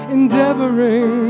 endeavoring